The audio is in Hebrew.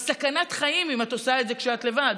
זו סכנת חיים אם את עושה את זה כשאת לבד.